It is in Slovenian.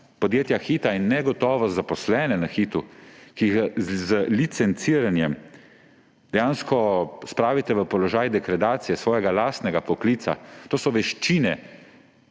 spravljate v negotovost zaposlene na Hitu, ki ga z licenciranjem dejansko spravite v položaj degradacije svojega lastnega poklica. To so veščine,